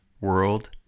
World